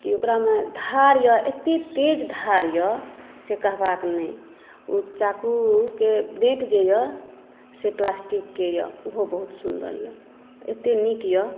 की ओकरामे धार यऽ एतय तेज धार यऽ से कहबाक नहि ओ चाक़ूक़े वेट जे यऽ से प्लास्टिकके यऽ ओहो बहुत सुंदर यऽ एतय नीक यऽ